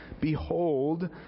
behold